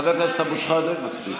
חבר הכנסת אבו שחאדה, מספיק.